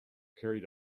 carried